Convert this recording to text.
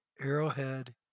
Arrowhead